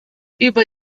über